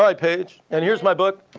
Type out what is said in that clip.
right paige. and here's my book.